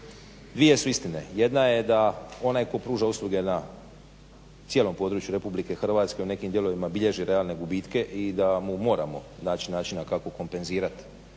dvije su istine. Jedna je da onaj tko pruža usluge na cijeloj području Republike Hrvatske u nekim dijelovima bilježi realne gubitke i da mu moramo naći načina kako kompenzirat.